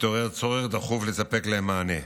התעורר צורך דחוף לספק להם מענה.